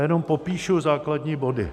Já jenom popíšu základní body.